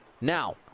Now